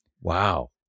Wow